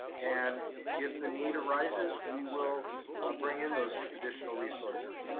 and if the need arises, we will bring in those additional resources.